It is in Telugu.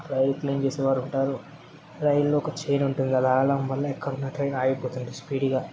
రైలు క్లీన్ చేసేవారు ఉంటారు రైల్లో ఒక చైన్ ఉంటుంది కదా అది లాగడం వల్ల ఎక్కడున్నా ట్రైను ఆగిపోతుంది స్పీడ్గా